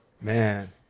Man